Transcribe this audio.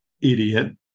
idiot